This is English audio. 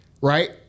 right